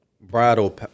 bridal